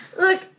Look